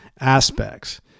aspects